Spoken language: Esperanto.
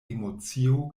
emocio